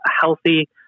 healthy